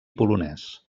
polonès